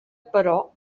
però